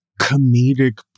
comedic